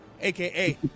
aka